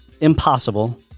impossible